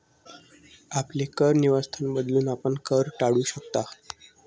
आपले कर निवासस्थान बदलून, आपण कर टाळू शकता